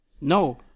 No